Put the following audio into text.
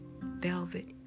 velvet